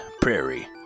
Prairie